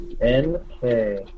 N-K